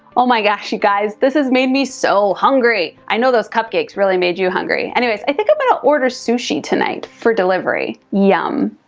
oh my gosh, you guys, this has made me so hungry. i know those cupcakes really made you hungry. anyways, i think i'm gonna order sushi tonight for delivery, yum!